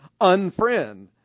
unfriend